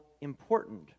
important